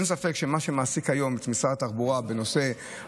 אין ספק שמה שמעסיק היום את משרד התחבורה זה הגודש.